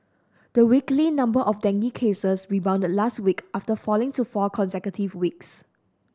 the weekly number of dengue cases rebounded last week after falling to four consecutive weeks